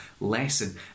lesson